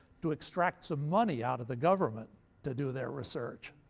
to extract some money out of the government to do their research.